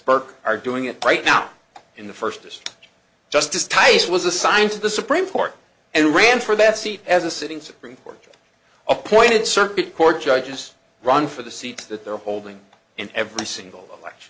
burke are doing it right now in the first justice tice was assigned to the supreme court and ran for that seat as a sitting supreme court appointed circuit court judges run for the seat that they're holding in every single